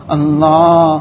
Allah